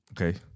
Okay